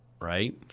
right